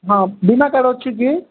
ହଁ ବିମା କାର୍ଡ଼୍ ଅଛି କି